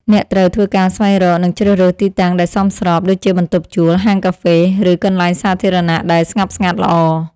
អ្នកត្រូវធ្វើការស្វែងរក និងជ្រើសរើសទីតាំងដែលសមស្រប ដូចជាបន្ទប់ជួល ហាងកាហ្វេ ឬកន្លែងសាធារណៈដែលស្ងប់ស្ងាត់ល្អ។